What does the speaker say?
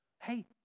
Hey